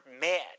mad